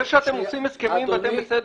זה שאתם עושים הסכמים ואתם בסדר,